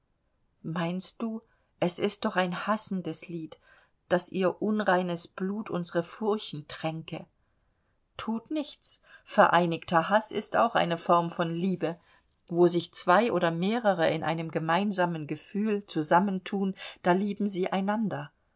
meinst du es ist doch ein hassendes lied daß ihr unreines blut unsere furchen tränke thut nichts vereinigter haß ist auch eine form von liebe wo sich zwei oder mehrere in einem gemeinsamen gefühl zusammenthun da lieben sie einander